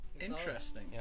Interesting